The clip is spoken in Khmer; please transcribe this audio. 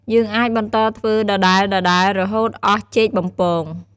យើងអាចបន្តធ្វើដដែលៗ រហូតអស់ចេកបំពង។